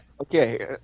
Okay